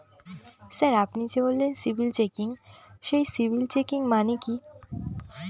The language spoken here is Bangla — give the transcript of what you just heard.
স্যার আপনি যে বললেন সিবিল চেকিং সেই সিবিল চেকিং মানে কি?